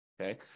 Okay